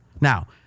Now